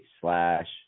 slash